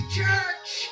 church